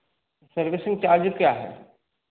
servicing charges क्या हैं